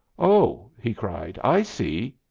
oh, he cried, i see!